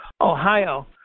Ohio